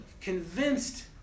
convinced